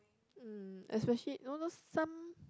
mm especially know those some